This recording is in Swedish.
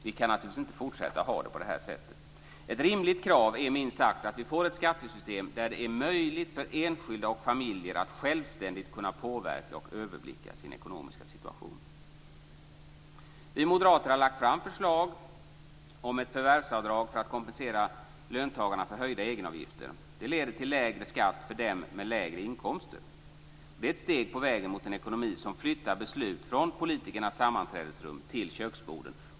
Vi kan naturligtvis inte fortsätta att ha det så. Ett rimligt krav är, minst sagt, att vi får ett skattesystem där det är möjligt för enskilda och familjer att självständigt kunna påverka och överblicka sin ekonomiska situation. Vi moderater har lagt fram förslag om ett förvärvsavdrag för att kompensera löntagarna för höjda egenavgifter. Det leder till lägre skatt för dem med lägre inkomster. Det är ett steg på vägen mot en ekonomi som flyttar beslut från politikernas sammanträdesrum till köksborden.